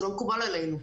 זה לא מקובל עלינו.